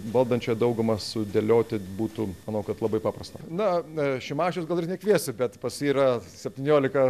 valdančią daugumą sudėlioti būtų manau kad labai paprasta na šimašiaus gal ir nekviesi bet pas jį yra septyniolika